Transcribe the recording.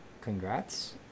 congrats